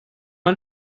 man